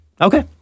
Okay